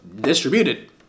distributed